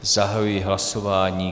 Zahajuji hlasování.